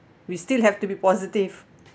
we still have to be positive